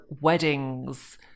weddings